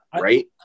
right